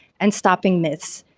and stopping myths.